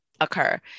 occur